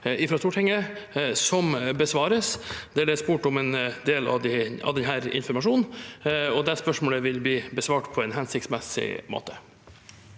fra Stortinget, som besvares, der det er spurt om en del av denne informasjonen. Det spørsmålet vil bli besvart på en hensiktsmessig måte.